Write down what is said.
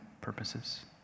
purposes